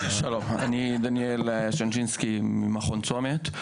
שלום, אני דניאל שנשינסקי ממכון צומת.